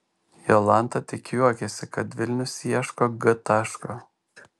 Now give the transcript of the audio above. jolanta tik juokiasi kad vilnius ieško g taško